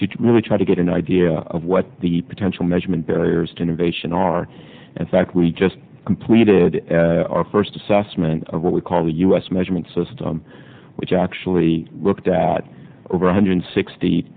to really try to get an idea of what the potential measurement barriers to innovation are in fact we just completed our first assessment of what we call the u s measurement system which actually looked at over one hundred sixty